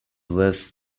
less